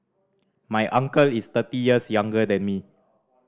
my uncle is thirty years younger than me